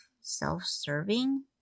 self-serving